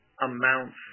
amounts